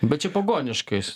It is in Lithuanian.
bet čia pagoniškas